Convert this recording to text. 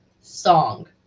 song